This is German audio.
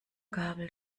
gabel